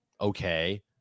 okay